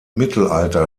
mittelalter